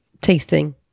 tasting